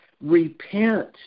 repent